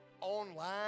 online